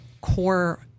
core